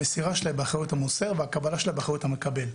המסירה שלה היא באחריות המוסר והקבלה שלה באחריות המקבל.